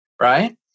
right